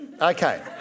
Okay